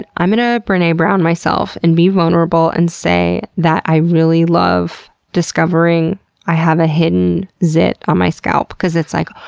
and i'm gonna brene brown myself and be vulnerable and say that i really love discovering i have a hidden zit on my scalp because it's like,